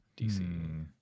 DC